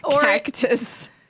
cactus